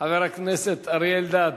חבר הכנסת אריה אלדד.